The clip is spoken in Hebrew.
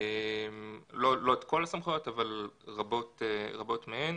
לא את כל הסמכויות, אבל רבות מהן.